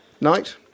night